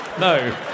No